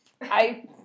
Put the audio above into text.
I-